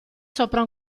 sopra